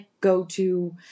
go-to